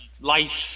life